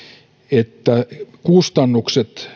että